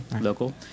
local